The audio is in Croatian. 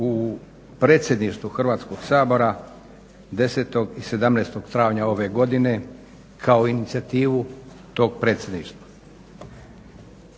su predsjedništvu Hrvatskog sabora 10. i 17. travnja ove godine kao inicijativu tog predsjedništva.